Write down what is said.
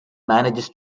manages